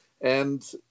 And-